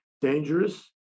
dangerous